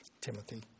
Timothy